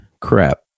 Crap